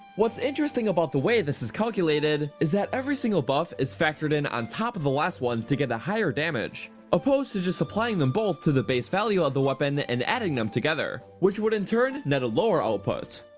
what's interesting about the way this is calculated, is that every single buff is factored in on top of the last one to get a higher damage, opposed to just applying them both to the base value of the weapon and adding them together, which would in turn net a lower output.